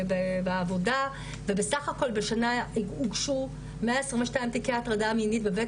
בעבודה ובסך הכול בשנה הוגשו 122 תיקי הטרדה מינית בבית